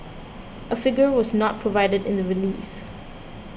a figure was not provided in the release